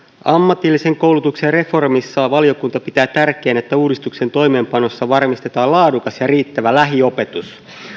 ammatillisen koulutuksen reformissa valiokunta pitää tärkeänä että uudistuksen toimeenpanossa varmistetaan laadukas ja riittävä lähiopetus